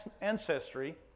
ancestry